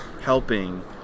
helping